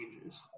changes